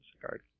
card